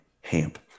Hamp